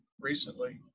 recently